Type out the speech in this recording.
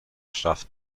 schafft